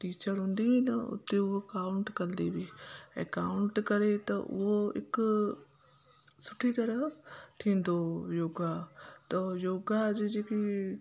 teacher हूंदी हुई न उते उहा काउंट कंदी हुई ऐं काउंट करे त उहो हिकु सुठी तरह थींदो हुओ योगा त योगा जी जेकी